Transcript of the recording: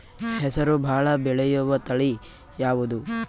ಹೆಸರು ಭಾಳ ಬೆಳೆಯುವತಳಿ ಯಾವದು?